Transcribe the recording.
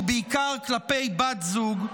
ובעיקר כלפי בת זוג,